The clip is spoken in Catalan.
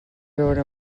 veure